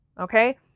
okay